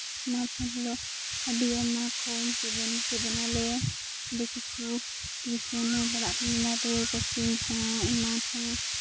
smart phone ᱛᱮᱫᱚ ᱟᱹᱰᱤ ᱟᱭᱢᱟᱜᱮ ᱪᱮᱫ ᱮᱱᱟᱞᱮ ᱟᱹᱰᱤ ᱠᱤᱪᱷᱩ ᱚᱱᱟ ᱛᱮᱜᱮ ᱠᱳᱪᱤᱝ ᱦᱚᱸ ᱮᱢᱟᱱ ᱦᱚᱸ